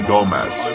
Gomez